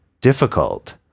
difficult